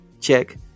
check